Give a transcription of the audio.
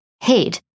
head